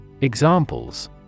Examples